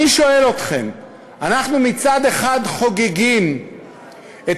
אני שואל אתכם: אנחנו מצד אחד חוגגים את